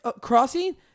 crossing